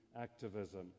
activism